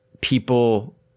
people